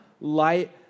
light